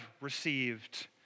received